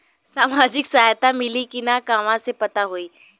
सामाजिक सहायता मिली कि ना कहवा से पता होयी?